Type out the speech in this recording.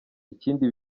ikindi